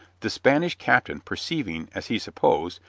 the spanish captain, perceiving, as he supposed,